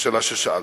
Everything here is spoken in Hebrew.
בשאלה ששאלת.